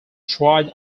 tried